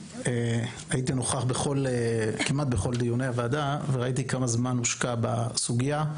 הייתי נוכח כמעט בכל דיוני הוועדה וראיתי כמה זמן הושקע בסוגייה.